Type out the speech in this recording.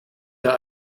der